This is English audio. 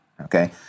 okay